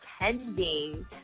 attending